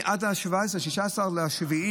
עד 16 ביולי,